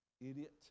idiot